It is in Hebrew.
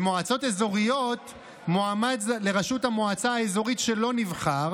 במועצות אזוריות מועמד לראשות המועצה האזורית שלא נבחר